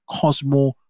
Cosmo